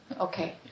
Okay